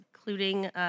including